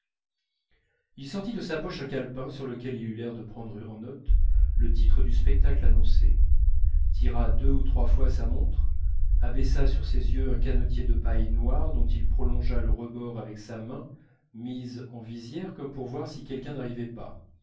il sortit de sa poche un calepin sur lequel il eut l'air de prendre en note le titre du spectacle annoncé tira deux ou trois fois sa montre abaissa sur ses yeux un canotier de paille noire dont il prolongea le rebord avec sa main mise en visière comme pour voir si quelqu'un n'arrivait pas